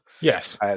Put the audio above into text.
Yes